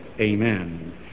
Amen